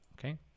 Okay